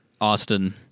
Austin